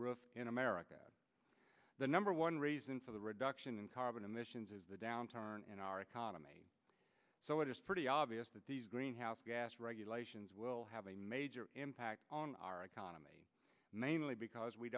roof in america the number one reason for the reduction in carbon emissions is the downturn in our economy so it is pretty obvious that these greenhouse gas regulations will have a major impact on our economy mainly because we